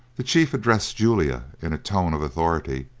the chief addressed julia in a tone of authority,